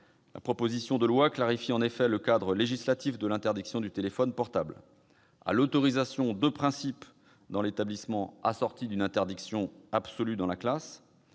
La proposition de loi clarifie en effet le cadre législatif de l'interdiction du téléphone portable : à l'autorisation de principe dans l'établissement assortie d'une interdiction absolue dans la classe,